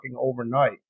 overnight